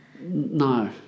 No